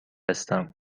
هستم